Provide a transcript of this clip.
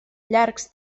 llargs